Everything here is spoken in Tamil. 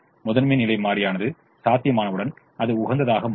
முதன்மை நிலை மாறியானது சாத்தியமானவுடன் அது உகந்ததாக மாறும்